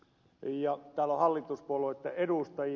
täällä on hallituspuolueitten edustajia